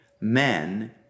men